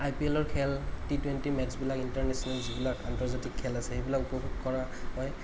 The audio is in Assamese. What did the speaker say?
আই পি এলৰ খেল টি টুৱেন্টি মেটছবিলাক ইন্টাৰনেচনেল যিবিলাক আন্তৰ্জাতিক খেল আছে সেইবিলাক উপভোগ কৰা হয়